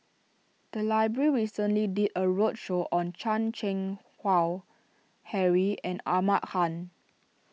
the library recently did a roadshow on Chan Keng Howe Harry and Ahmad Khan